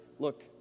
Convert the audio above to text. look